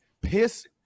piss